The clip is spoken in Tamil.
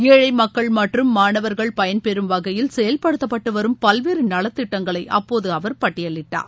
ஏழை மக்கள் மற்றம் மானவர்கள் பயன்பெறும் வகையில் செயல்படுத்தப்பட்டு வரும் பல்வேறு நலத்திட்டங்களை அப்போது அவர் பட்டியலிட்டார்